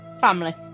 Family